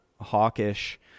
hawkish